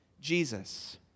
Jesus